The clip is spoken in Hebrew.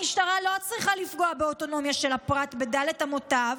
המשטרה לא צריכה לפגוע באוטונומיה של הפרט בד' אמותיו,